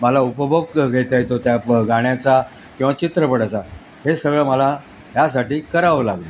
मला उपभोग घेता येतो त्या गाण्याचा किंवा चित्रपटाचा हे सगळं मला यासाठी करावं लागलं